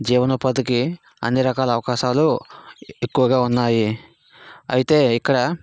జీవన ఉపాధికి అన్ని రకాల అవకాశాలు ఎక్కువగా ఉన్నాయి అయితే ఇక్కడ